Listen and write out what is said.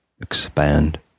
expand